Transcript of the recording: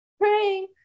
praying